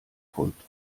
folgt